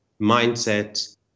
mindset